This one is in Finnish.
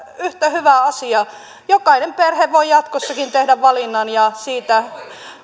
yhtä hyvä asia jokainen perhe voi jatkossakin tehdä valinnan ja siitä